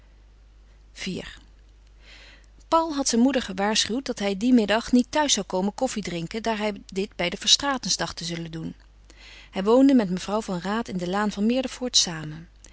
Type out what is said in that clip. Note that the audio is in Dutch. iv paul had zijn moeder gewaarschuwd dat hij dien middag niet thuis zou komen koffie drinken daar hij dit bij de verstraetens dacht te zullen doen hij woonde met mevrouw van raat in de laan van meerdervoort samen